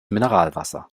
mineralwasser